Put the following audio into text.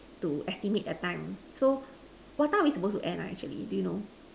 to estimate a time so what time are we supposed to end ah actually do you know